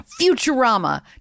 Futurama